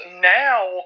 now